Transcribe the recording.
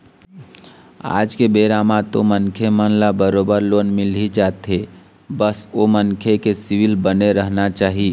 आज के बेरा म तो मनखे मन ल बरोबर लोन मिलही जाथे बस ओ मनखे के सिविल बने रहना चाही